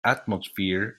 atmosphere